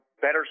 better